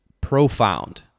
profound